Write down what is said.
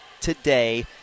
today